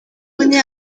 хүнээ